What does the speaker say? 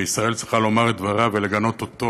וישראל צריכה לומר את דברה ולגנות אותו,